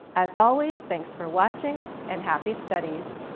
as always, thanks for watching and happy studies!